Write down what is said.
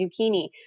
zucchini